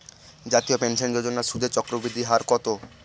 জাতীয় পেনশন যোজনার সুদের চক্রবৃদ্ধি হার কত?